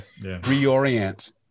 reorient